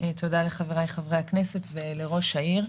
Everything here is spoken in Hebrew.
תודה לחבריי חברי הכנסת ולראש העיר.